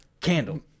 candle